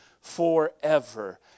forever